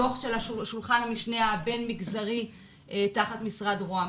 דוח של שולחן המשנה הבין-מגזרי תחת משרד ראש הממשלה.